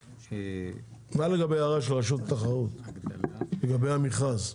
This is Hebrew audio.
מה לגבי ההערה של רשות התחרות לגבי המכרז?